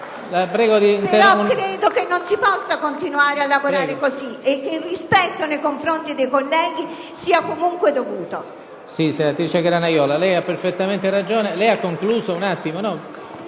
Però credo non si possa continuare a lavorare così e che il rispetto nei confronti dei colleghi sia comunque dovuto.